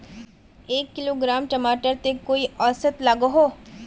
एक किलोग्राम टमाटर त कई औसत लागोहो?